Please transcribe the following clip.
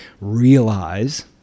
realize